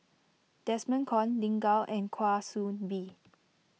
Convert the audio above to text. Desmond Kon Lin Gao and Kwa Soon Bee